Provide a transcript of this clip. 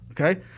okay